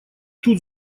тут